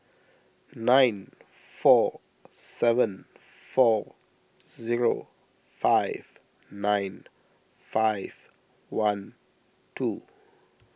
nine four seven four zero five nine five one two